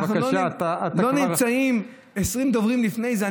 בבקשה, אתה כבר, לא נמצאים 20 דוברים לפני זה.